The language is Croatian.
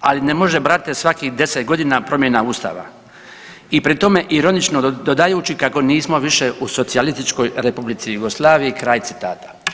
ali ne može, brate, svakih 10 godina promjena Ustava, i pri tome ironično dodajući kako nismo više u Socijalističkoj Republici Jugoslaviji, kraj citata.